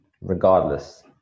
regardless